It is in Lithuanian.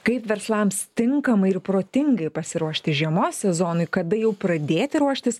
kaip verslams tinkamai ir protingai pasiruošti žiemos sezonui kada jau pradėti ruoštis